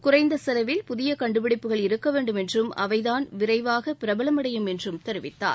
குறைந்த செலவில் புதிய கண்டுபிடிப்புகள் இருக்க வேண்டும் என்றும் அவைதான் விரைவாக பிரபலமடையும் என்றும் தெரிவித்தார்